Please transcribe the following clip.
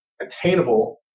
attainable